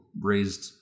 raised